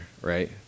right